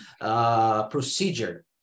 procedure